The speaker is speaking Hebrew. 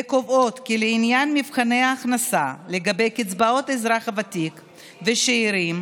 וקובעות כי לעניין מבחני ההכנסה בקצבאות אזרח ותיק ושאירים,